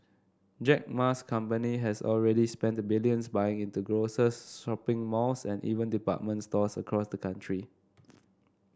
Jack Ma's company has already spent the billions buying into grocers shopping malls and even department stores across the country